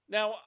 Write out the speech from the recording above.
Now